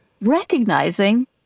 recognizing